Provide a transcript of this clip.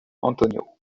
antonio